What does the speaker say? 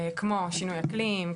כמו שינוי אקלים,